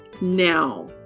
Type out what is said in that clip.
now